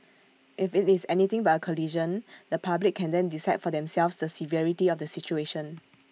if IT is anything but A collision the public can then decide for themselves the severity of the situation